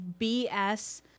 BS